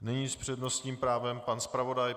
Nyní s přednostním právem pan zpravodaj.